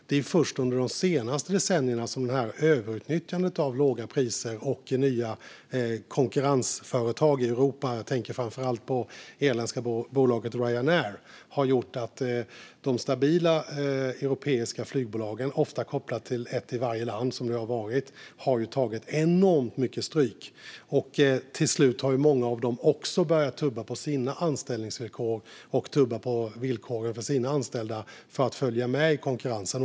Det är först under de senaste decennierna som överutnyttjandet av låga priser och nya konkurrensföretag i Europa - jag tänker på framför allt på det irländska bolaget Ryanair - har gjort att de stabila europeiska flygbolagen, ofta kopplat till ett i varje land, har tagit enormt mycket stryk. Till slut har många av dem också börjat tubba på villkoren för de anställda för att följa med i konkurrensen.